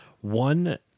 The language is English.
one